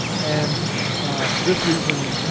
and for this reason,